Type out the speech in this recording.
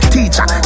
Teacher